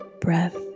breath